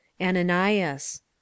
ananias